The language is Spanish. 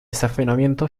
estacionamiento